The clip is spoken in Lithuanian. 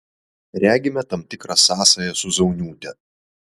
regime tam tikrą sąsają su zauniūte